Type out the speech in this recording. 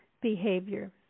behavior